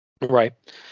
Right